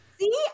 See